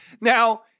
Now